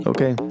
Okay